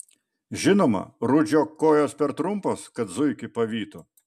žinoma rudžio kojos per trumpos kad zuikį pavytų